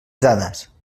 dades